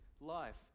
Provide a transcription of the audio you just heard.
life